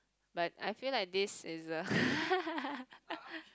but I feel like this is a